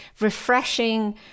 refreshing